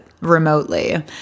remotely